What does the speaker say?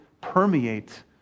permeate